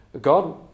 God